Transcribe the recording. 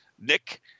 Nick